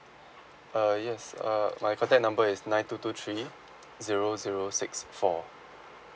uh yes uh my contact number is nine two two three zero zero six four